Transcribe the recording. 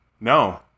No